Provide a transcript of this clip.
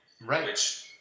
Right